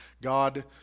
God